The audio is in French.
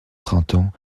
printemps